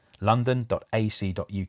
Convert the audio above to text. london.ac.uk